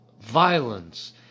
violence